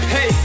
Hey